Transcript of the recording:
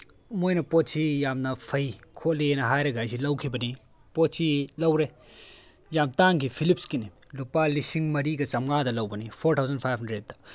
ꯃꯣꯏꯅ ꯄꯣꯠꯁꯤ ꯌꯥꯝꯅ ꯐꯩ ꯈꯣꯠꯂꯦꯅ ꯍꯥꯏꯔꯒ ꯑꯩꯁꯤ ꯂꯧꯈꯤꯕꯅꯤ ꯄꯣꯠꯁꯤ ꯂꯧꯔꯦ ꯌꯥꯝ ꯇꯥꯡꯈꯤ ꯐꯤꯂꯤꯞꯁꯀꯤꯅꯤ ꯂꯨꯄꯥ ꯂꯤꯁꯤꯡ ꯃꯔꯤꯒ ꯆꯥꯝꯃꯉꯥꯗ ꯂꯧꯕꯅꯤ ꯐꯣꯔ ꯊꯥꯎꯖꯟ ꯐꯥꯏꯚ ꯍꯟꯗ꯭ꯔꯦꯠꯇ